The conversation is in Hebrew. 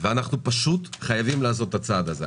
אנחנו פשוט חייבים לעשות את הצעד הזה.